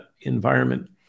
environment